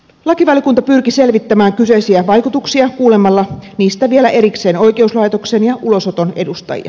lakivaliokunta pyrki selvittämään kyseisiä vaikutuksia kuulemalla niistä vielä erikseen oikeuslaitoksen ja ulosoton edustajia